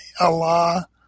Allah